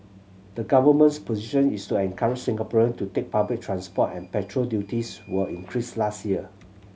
the government position is to encourage Singaporean to take public transport and petrol duties were increased last year